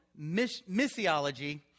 missiology